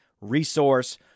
resource